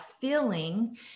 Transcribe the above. feeling